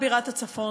בירת הצפון,